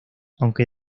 aunque